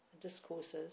discourses